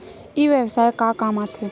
ई व्यवसाय का काम आथे?